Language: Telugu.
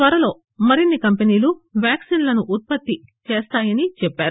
త్వరలో మరిన్ని కంపెనీలు వ్యాక్సిన్ల ఉత్పత్తిని ప్రారంభిస్తాయని చెప్పారు